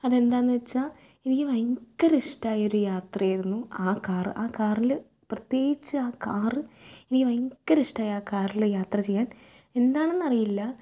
അതെന്താണെന്ന് വെച്ചാൽ എനിക്ക് ഭയങ്കര ഇഷ്ടമായൊരു യാത്രയായിരുന്നു ആ കാർ ആ കാറിൽ പ്രത്യേകിച്ച് ആ കാർ എനിക്ക് ഭയങ്കര ഇഷ്ടമായി ആ കാറിൽ യാത്ര ചെയ്യാൻ എന്താണെന്നറിയില്ല